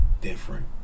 different